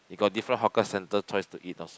you got different hawker center choice to eat also